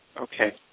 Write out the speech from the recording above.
Okay